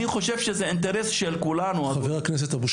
אני חושב שזה אינטרס של כולנו --- חבר הכנסת אבו שחאדה,